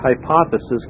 hypothesis